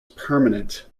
permanent